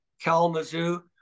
Kalamazoo